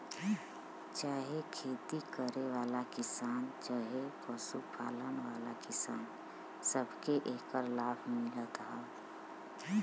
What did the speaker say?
चाहे खेती करे वाला किसान चहे पशु पालन वाला किसान, सबके एकर लाभ मिलत हौ